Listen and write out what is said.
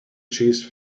cheese